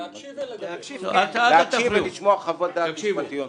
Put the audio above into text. -- אתה יש לך מספיק הסתייגויות להקריא.